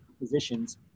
positions